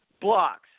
blocks